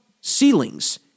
ceilings